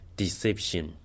deception